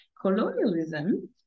Colonialism